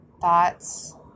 thoughts